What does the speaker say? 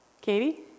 Katie